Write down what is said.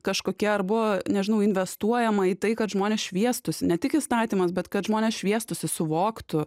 kažkokia ar buvo nežinau investuojama į tai kad žmonės šviestųsi ne tik įstatymas bet kad žmonės šviestųsi suvoktų